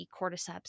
cordyceps